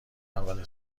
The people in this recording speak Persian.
اول